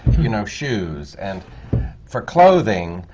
you know, shoes, and for clothing,